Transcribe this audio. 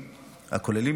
הכוללים,